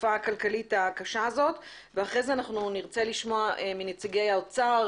בתקופה הכלכלית הקשה הזאת ואחרי זה נרצה לשמוע מנציגי האוצר,